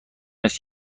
است